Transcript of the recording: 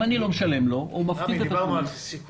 אם אני לא משלם לו --- דיברנו על סיכונים.